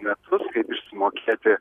metus išsimokėti